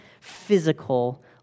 physical